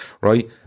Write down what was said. right